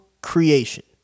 creation